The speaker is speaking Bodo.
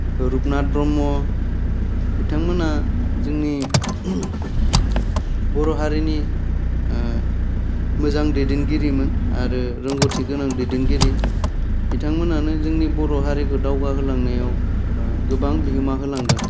रुपनाथ ब्रह्म बिथांमोना जोंनि बर' हारिनि मोजां दैदेनगिरिमोन आरो रोंगौथि गोनां दैदेनगिरि बिथांमोनानो जोंनि बर' हारिखौ दावगाहोलांनायाव ओ गोबां बिहोमा होलांदों